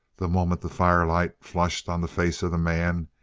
the moment the firelight flushed on the face of the man,